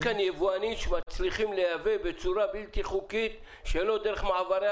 יבואנים שמצליחים לייבא בצורה בלתי חוקית שלא דרך מעברי